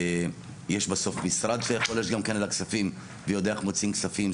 יש בסוף משרד שיכול --- על הכספים ויודע איך מוציאים כספים.